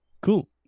Cool